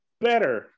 better